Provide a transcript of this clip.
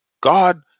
God